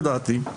לדעתי,